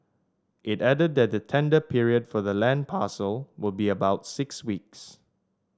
it added that the tender period for the land parcel would be about six weeks